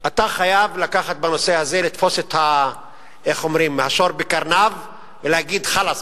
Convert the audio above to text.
אתה חייב בנושא הזה לתפוס את השור בקרניו ולהגיד: חלאס,